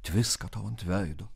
tviska tau ant veido